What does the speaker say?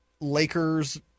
Lakers